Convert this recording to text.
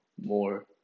more